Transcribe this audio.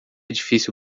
difícil